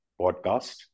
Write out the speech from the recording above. podcast